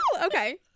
Okay